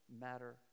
matter